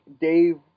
Dave